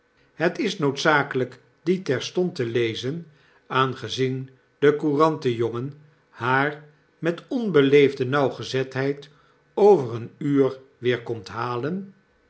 het is noodzakelp die terstond te lezen aangezien de courantenjongen haar met onbeleefde nauwgezetheid over een uur weer komt halen